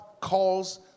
calls